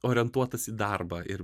orientuotas į darbą ir